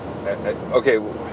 Okay